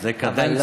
אבל לא,